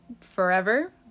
forever